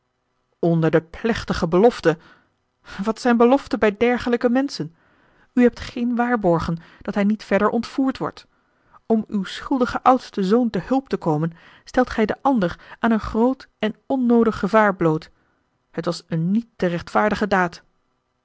onder de plechtige belofte wat zijn beloften bij dergelijke menschen u hebt geen waarborgen dat hij niet verder ontvoerd wordt om uw schuldigen oudsten zoon te hulp te komen stelt gij den ander aan een groot en onnoodig gevaar bloot het was een niet te rechtvaardigen daad